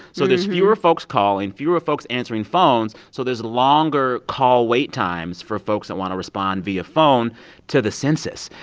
so there's fewer folks calling, fewer folks answering phones, so there's longer call wait times for folks that want to respond via phone to the census.